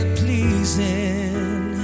pleasing